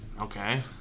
Okay